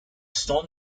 storm